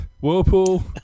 whirlpool